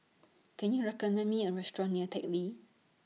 Can YOU recommend Me A Restaurant near Teck Lee